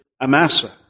Amasa